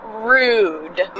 rude